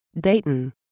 Dayton